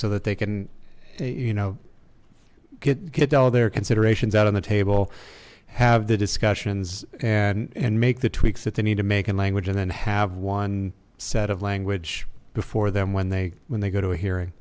so that they can you know get all their considerations out on the table have the discussions and and make the tweaks that they need to make in language and then have one set of language before them when they when they go to a hearing